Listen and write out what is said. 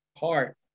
heart